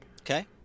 Okay